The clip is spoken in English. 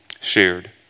shared